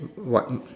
what